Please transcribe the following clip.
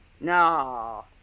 no